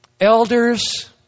elders